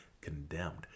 condemned